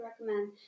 recommend